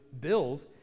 build